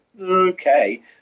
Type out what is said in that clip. okay